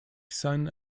son